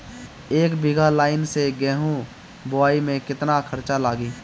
एक बीगहा लाईन से गेहूं बोआई में केतना खर्चा लागी?